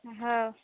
हँ